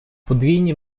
подвійні